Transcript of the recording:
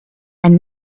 and